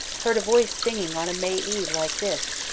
heard a voice singing on a may eve like this,